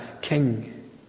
king